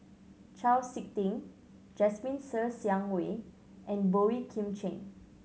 Chau Sik Ting Jasmine Ser Xiang Wei and Boey Kim Cheng